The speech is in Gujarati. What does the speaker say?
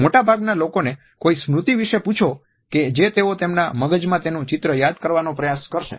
મોટાભાગના લોકોને કોઈ સ્મૃતિ વિશે પૂછો કે જે તેઓ તેમના મગજમાં તેનું ચિત્ર યાદ કરવાનો પ્રયાસ કરશે